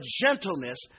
gentleness